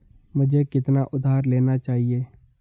मुझे कितना उधार लेना चाहिए?